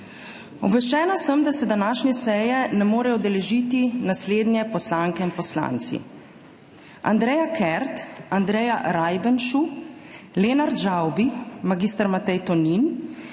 Obveščena sem, da se današnje seje ne morejo udeležiti naslednje poslanke in poslanci: Andreja Kert, Andreja Rajbenšu, Lenart Žavbi, mag. Matej Tonin,